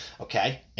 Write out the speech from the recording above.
okay